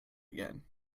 again